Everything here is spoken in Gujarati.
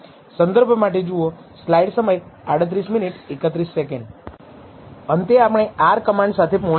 અંતે આપણે R કમાન્ડ સાથે પૂર્ણ કરશુ